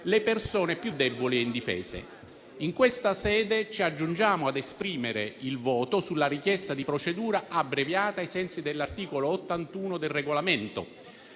le persone più deboli e indifese. In questa sede ci accingiamo ad esprimere il voto sulla richiesta di procedura abbreviata ai sensi dell'articolo 81 del Regolamento